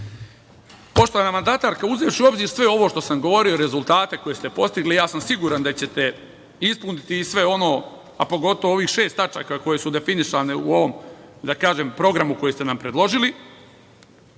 nama. Poštovana mandatarka, uzevši u obzir sve ovo što sam govorio, rezultate koje ste postigli, ja sam siguran da ćete ispuniti i sve ono, a pogotovo ovih šest tačaka koje su definisane u ovom, da kažem, programu koji ste nam predložili